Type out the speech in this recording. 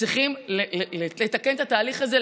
צריכים לתקן את התהליך הזה,